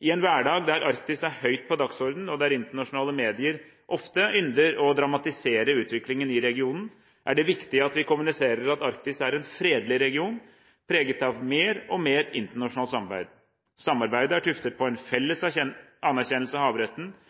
I en hverdag der Arktis er høyt på dagsordenen, og der internasjonale medier ofte ynder å dramatisere utviklingen i regionen, er det viktig at vi kommuniserer at Arktis er en fredelig region preget av mer og mer internasjonalt samarbeid. Samarbeidet er tuftet på en felles anerkjennelse av havretten, og at dette er